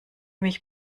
mich